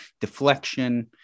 deflection